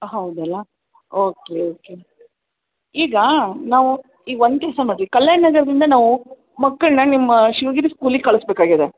ಹೌದಲ್ವ okay okay ಈಗ ನಾವು ಈಗ ಒಂದು ಕೆಲಸ ಮಾಡಿರಿ ಕಲ್ಯಾಣ ನಗರದಿಂದ ನಾವು ಮಕ್ಕಳನ್ನ ನಿಮ್ಮ ಶಿವಗಿರಿ ಸ್ಕೂಲಿಗೆ ಕಳ್ಸ್ಬೇಕಾಗಿದೆ